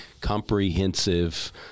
comprehensive